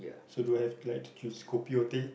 so do I have to like to choose kopi or teh